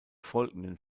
folgenden